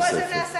של פשיעה